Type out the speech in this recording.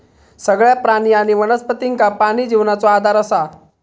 सगळ्या प्राणी आणि वनस्पतींका पाणी जिवनाचो आधार असा